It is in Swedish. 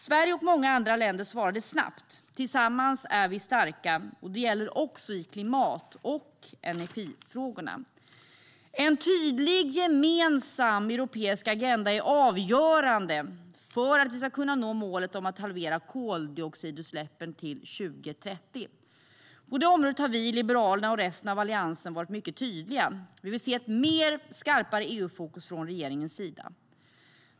Sverige och många andra länder svarade snabbt. Tillsammans är vi starka. Det gäller också i klimat och energifrågorna. En tydlig gemensam europeisk agenda är avgörande för att vi ska kunna nå målet om att halvera koldioxidutsläppen till 2030. På det området har vi i Liberalerna och resten av Alliansen varit mycket tydliga. Vi vill se ett skarpare EU-fokus från regeringens sida.